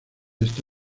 este